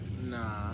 Nah